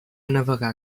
navegar